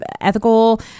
ethical